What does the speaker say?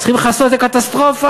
צריכים לכסות את הקטסטרופה?